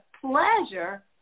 pleasure